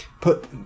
put